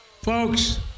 Folks